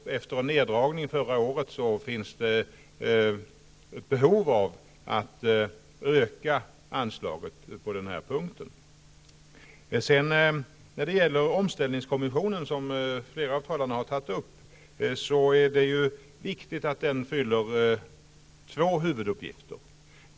Efter en neddragning förra året finns det nu behov av att öka anslaget på den här punkten. Flera av talarna har tagit upp omställningskommissionen. Det är viktigt att den fyller två huvuduppgifter.